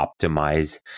optimize